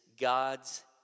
God's